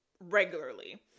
regularly